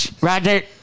Roger